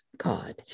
God